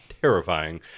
terrifying